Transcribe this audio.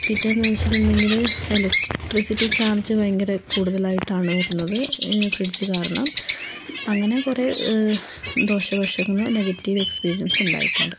പിറ്റേന്ന് വച്ചിട്ടുണ്ടെങ്കിൽ electricity charge ഭയങ്കര കൂടുതലായിട്ടാണ് വരുന്നത് ഈ ഫ്രിഡ്ജ് കാരണം അങ്ങനെ കുറേ ദോഷവശങ്ങളും നെഗറ്റീവ് എക്സ്പീരിയൻസും ഉണ്ടായിട്ടുണ്ട്